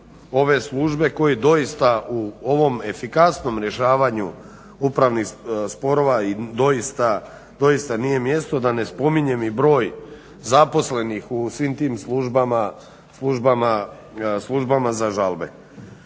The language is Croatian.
ove službe koje doista u ovom efikasnom rješavanju upravnih sporova i doista nije mjesto i da ne spominjem broj zaposlenih u svim tim službama za žalbe.